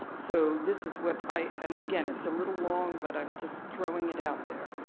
so this is what i. and again, it's a little long, but i'm just throwing it out there.